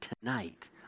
tonight